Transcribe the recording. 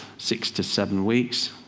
six to seven weeks.